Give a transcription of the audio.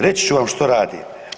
Reći ću vam što rade?